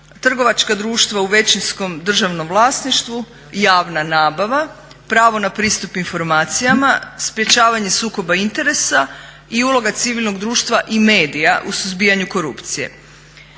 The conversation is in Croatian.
trgovačka društva u većinskom državnom vlasništvu, javna nabava, pravo na pristup informacijama, sprječavanje sukoba interes i uloga civilnog društva i medija u suzbijanju korupcije.